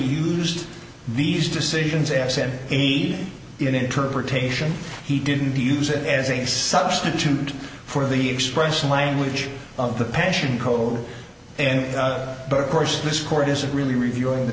used these decisions as an aid in interpretation he didn't use it as a substitute for the expression language of the pension code and but of course this court isn't really reviewing the